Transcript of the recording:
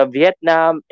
Vietnam